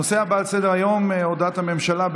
הנושא הבא על סדר-היום: הודעת הממשלה,